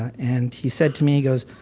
and he said to me, he goes,